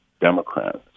Democrats